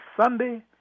Sunday